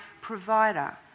provider